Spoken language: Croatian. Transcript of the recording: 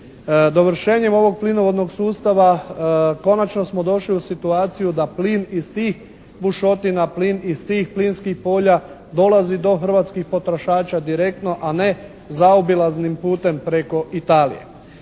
dovršenjem ovog plinovodnog sustava konačno smo došli u situaciju da plin iz tih bušotina, plin iz tih plinskih polja dolazi do hrvatskih potrošača direktno, a ne zaobilaznim putem preko Italije.